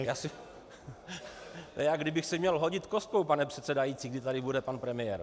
To je, jako kdybych si měl hodit kostkou, pane předsedající, kdy tady bude pan premiér.